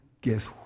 Guess